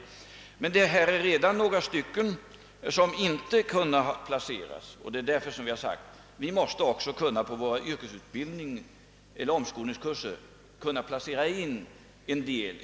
Emellertid är det några stycken som hittills inte kunnat placeras, och det är därför som vi har sagt, att vi också måste kunna på våra yrkesutbildningseller omskolningskurser placera in en del.